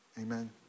amen